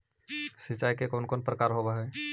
सिंचाई के कौन कौन प्रकार होव हइ?